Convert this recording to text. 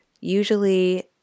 Usually